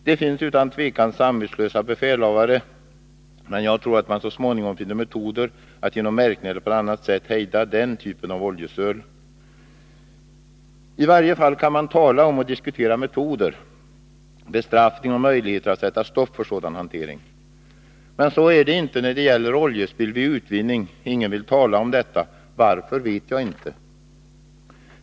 Det finns utan tvivel samvetslösa befälhavare, men jag tror att det så småningom kommer metoder att genom märkning eller på annat sätt hejda den typen av oljesöl. Vi kan i varje fall tala om och diskutera metoder, bestraffning och möjligheter att sätta stopp för sådan hantering. Men så är det inte när det gäller oljespill vid utvinning. Ingen vill tala om detta. Varför vet jag inte.